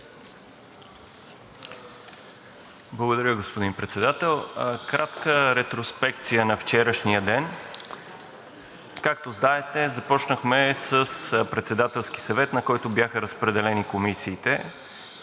Благодаря, господин Председател. Кратка ретроспекция на вчерашния ден. Както знаете, започнахме с Председателски съвет, на който бяха разпределени комисиите